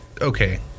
Okay